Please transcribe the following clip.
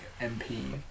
MP